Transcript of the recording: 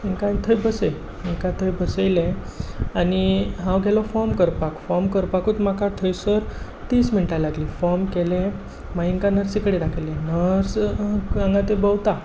तांकां थंयच बसय तांकां थंय बसयले आनी हांव गेलो फॉम करपाक फॉम करपाकूच म्हाका थंयसर तीस मिण्टां लागलीं फॉम केलें मागीर हांकां नर्सी कडेन दाखयलें नर्स हांगां थंय भोंवता